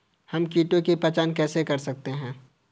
हम कीटों की पहचान कैसे कर सकते हैं?